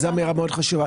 זו אמירה מאוד חשובה.